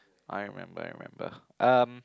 I don't remember remember um